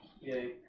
Yay